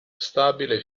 stabile